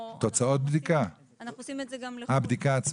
את הבדיקה עצמה?